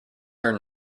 are